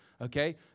okay